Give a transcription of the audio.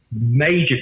major